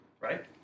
right